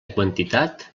quantitat